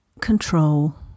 control